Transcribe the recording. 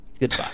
Goodbye